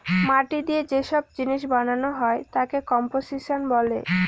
মাটি দিয়ে যে সব জিনিস বানানো তাকে কম্পোসিশন বলে